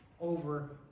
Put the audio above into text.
over